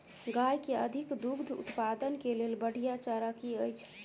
गाय केँ अधिक दुग्ध उत्पादन केँ लेल बढ़िया चारा की अछि?